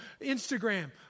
Instagram